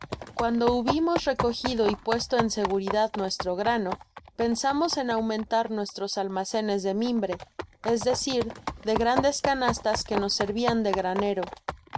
cuando hubimos recogido y puesto en seguridad nuestro grano pensamos en aumentar nuestros almacenes de mimbre es decir de grandes canastas que nos servian de granero